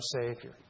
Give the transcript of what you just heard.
Savior